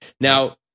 Now